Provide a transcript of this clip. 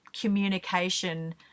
communication